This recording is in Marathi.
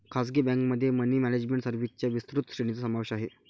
खासगी बँकेमध्ये मनी मॅनेजमेंट सर्व्हिसेसच्या विस्तृत श्रेणीचा समावेश आहे